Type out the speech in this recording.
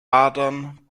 bilden